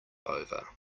over